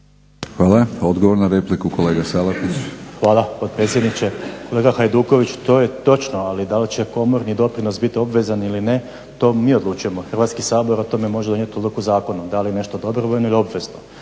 Hvala. Odgovor na repliku, kolega Salapić. **Salapić, Josip (HDSSB)** Hvala potpredsjedniče. Kolega Hajdukoviću to je točno, ali da li će komorni doprinos biti obvezan ili ne to mi odlučujemo, Hrvatski sabor o tome može donijeti odluku zakonom da li je nešto dobrovoljno ili obvezno.